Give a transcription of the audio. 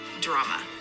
drama